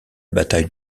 bataille